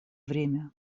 время